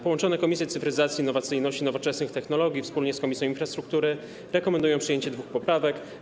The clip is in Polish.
Połączone Komisje: Cyfryzacji, Innowacyjności i Nowoczesnych Technologii wspólnie z Komisją Infrastruktury rekomendują przyjęcie dwóch poprawek.